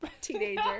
teenager